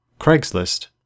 Craigslist